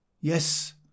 yes